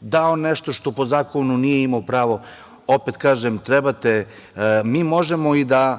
dao nešto što po zakonu nije imao pravo, opet kažem trebate, mi možemo i da,